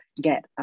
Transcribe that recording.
get